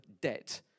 debt